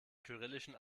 kyrillischen